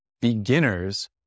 beginners